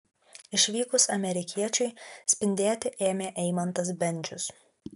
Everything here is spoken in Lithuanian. išvykus amerikiečiui spindėti ėmė eimantas bendžius